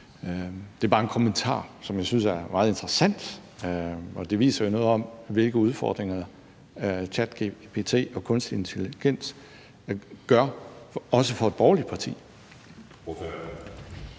Det var bare en kommentar, som jeg synes er meget interessant, og det viser jo noget om, hvilke udfordringer der er med ChatGPT og kunstig intelligens, også for et borgerligt parti.